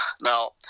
Now